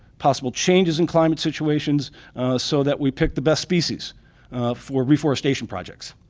possible changes in climate situations so that we pick the best species for reforestation projects.